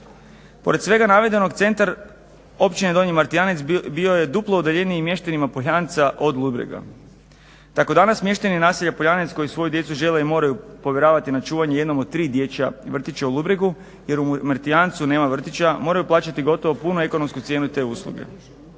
Pored svega navedenog centar Općine Martijanec bio je duplo udaljeniji mještanima … od Ludbrega. Tako danas mještani naselja Poljanec koji svoju djecu žele i moraju povjeravati na čuvanje jednom od tri dječja vrtića u Ludbregu jer u Martijancu nemaju vrtića moraju plaćati gotovo punu ekonomsku cijenu te usluge.